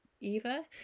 Eva